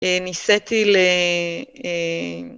ניסיתי ל...